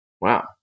Wow